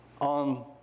on